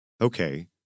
Okay